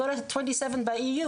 מכל ה-27 באיחוד האירופי,